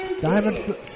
Diamond